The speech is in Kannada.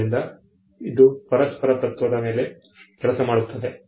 ಆದ್ದರಿಂದ ಇದು ಪರಸ್ಪರ ತತ್ವದ ಮೇಲೆ ಕೆಲಸ ಮಾಡುತ್ತದೆ